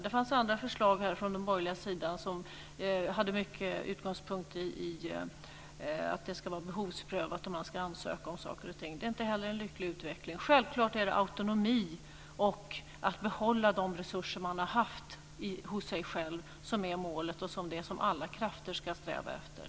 Det fanns andra förslag från den borgerliga sidan med utgångspunkt i att man ska ansöka om saker och ting och att det ska ske en behovsprövning. Det är inte heller någon lycklig utveckling. Självklart är det autonomi och att behålla de resurser som man har haft som är målet och som alla krafter ska sträva efter.